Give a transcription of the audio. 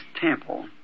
temple